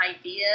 idea